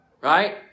Right